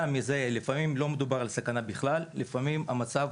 לפעמים כלל לא מדובר על סכנה ולפעמים המצב